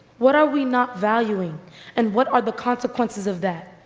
what are we not valuing and what are the consequences of that?